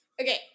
Okay